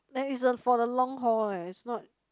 that is a for the long haul eh it's not